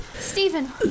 Stephen